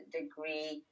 degree